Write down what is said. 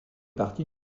partie